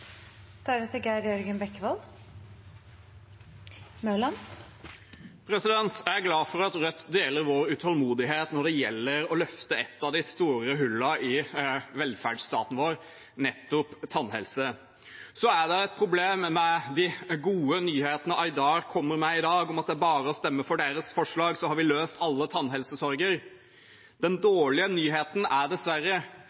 glad for at Rødt deler vår utålmodighet når det gjelder ett av de store hullene i velferdsstaten vår, nettopp tannhelse. Men det er et problem med de gode nyhetene Aydar kommer med i dag, om at det bare er å stemme for deres forslag, så har vi løst alle tannhelsesorger. Den